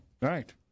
right